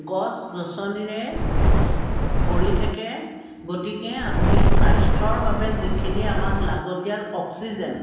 গছ গছনিৰে ভৰি থাকে গতিকে আমি স্বাস্থ্যৰ বাবে যিখিনি আমাক লাগতিয়াল অক্সিজেন